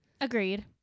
agreed